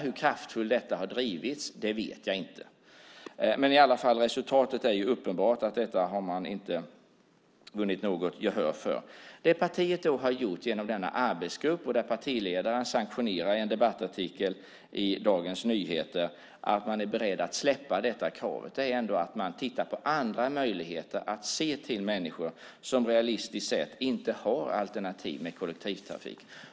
Hur kraftfullt man har drivit den vet jag inte, men resultatet är uppenbart: Man har inte vunnit gehör för detta. Genom arbetsgruppen och genom den debattartikel i Dagens Nyheter som partiledaren har sanktionerat har man tillkännagett att man är beredd att släppa kravet, men man tittar i stället på andra möjligheter att se till människor som realistiskt sett inte har alternativ med kollektivtrafik.